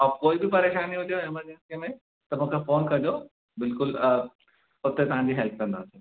ऐं कोई बि परेशानी हुजेव इमरजेंसीअ में त मूंखे फोन कॼो बिल्कुलु अ उते तव्हांजी हेल्प कंदासीं